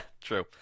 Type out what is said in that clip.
True